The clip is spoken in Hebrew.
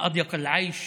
עד כמה קשים החיים